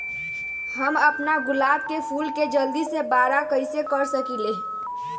हम अपना गुलाब के फूल के जल्दी से बारा कईसे कर सकिंले?